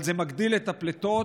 וזה מגדיל את הפליטות.